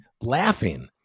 laughing